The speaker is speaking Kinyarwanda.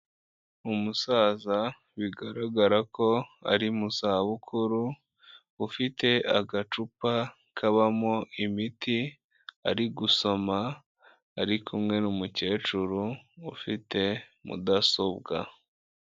Umusaza bigaragara ko ari mu zabukuru, ufite agacupa kabamo imiti, ari gusoma ari kumwe n'umukecuru ufite mudasobwa.